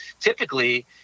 typically